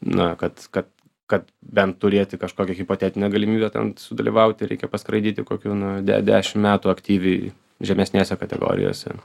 na kad kad kad bent turėti kažkokią hipotetinę galimybę ten sudalyvauti reikia paskraidyti kokių na de dešim metų aktyviai žemesnėse kategorijose